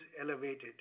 elevated